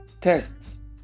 Tests